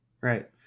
Right